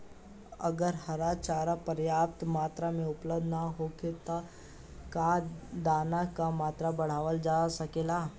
अगर हरा चारा पर्याप्त मात्रा में उपलब्ध ना होखे त का दाना क मात्रा बढ़ावल जा सकेला?